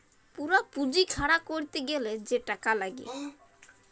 পুরা পুঁজি খাড়া ক্যরতে গ্যালে যে টাকা লাগ্যে